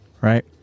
Right